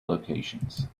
locations